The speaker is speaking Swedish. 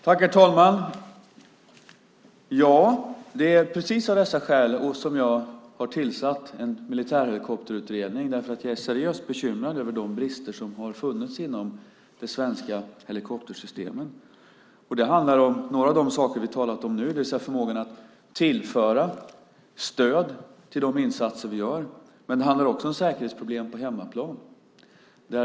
Herr talman! Det är precis av dessa skäl som jag har tillsatt en militärhelikopterutredning. Jag är seriöst bekymrad över de brister som har funnits inom det svenska helikoptersystemet. Det handlar om några av de saker vi har talat om nu. Det handlar om förmågan att tillföra stöd till de insatser vi gör, men det handlar också om säkerhetsproblem på hemmaplan.